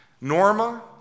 Norma